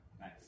Nice